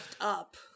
up